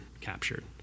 captured